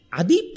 adi